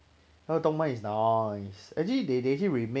but 动漫 is nice actually they they actually remake